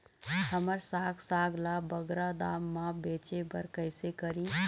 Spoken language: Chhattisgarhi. हमर साग साग ला बगरा दाम मा बेचे बर कइसे करी?